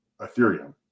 Ethereum